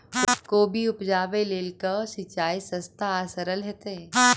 कोबी उपजाबे लेल केँ सिंचाई सस्ता आ सरल हेतइ?